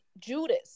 Judas